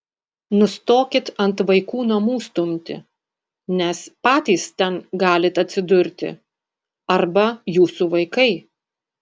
nustokit ant vaikų namų stumti nes patys ten galit atsidurti arba jūsų vaikai